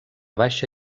baixa